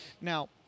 Now